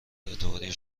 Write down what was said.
اعتباری